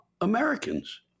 Americans